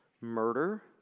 murder